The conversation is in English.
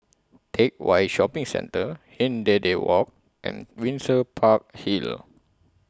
Teck Whye Shopping Centre Hindhede Walk and Windsor Park Hill